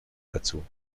dazu